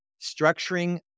structuring